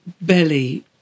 Belly